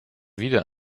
wieder